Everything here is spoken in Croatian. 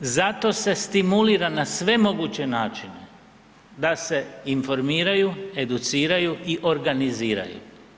Zato se stimulira na sve moguće načine da se informiraju, educiraju i organiziraju.